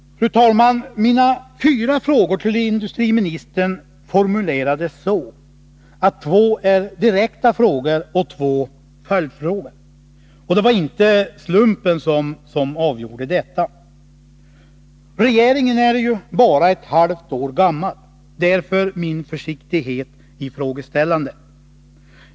Fru talman! Mina fyra frågor till industriministern formulerades så, att två av dem är direkta frågor och två är följdfrågor. Det var inte slumpen som avgjorde detta. Regeringen är ju bara ett halvt år gammal — därav min försiktighet i frågeställandet.